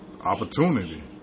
Opportunity